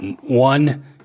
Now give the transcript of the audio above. one